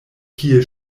kie